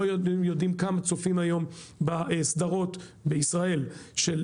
לא יודעים כמה צופים היום בסדרות בישראל של